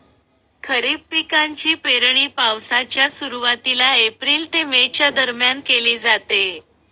खरीप पिकांची पेरणी पावसाच्या सुरुवातीला एप्रिल ते मे च्या दरम्यान केली जाते